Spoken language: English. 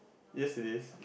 yes it is